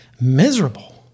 miserable